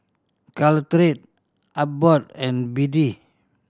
Caltrate Abbott and B D